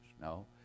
No